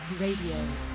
Radio